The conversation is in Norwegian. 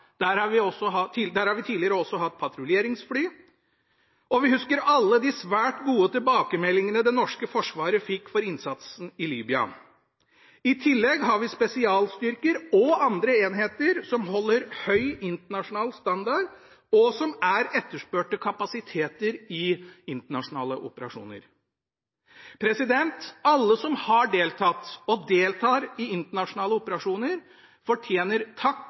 Der har vi tidligere også hatt patruljeringsfly. Vi husker alle de svært gode tilbakemeldingene det norske forsvaret fikk for innsatsen i Libya. I tillegg har vi spesialstyrker og andre enheter som holder høy internasjonal standard og som er etterspurte kapasiteter i internasjonale operasjoner. Alle som har deltatt og deltar i internasjonale operasjoner, fortjener takk,